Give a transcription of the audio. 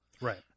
Right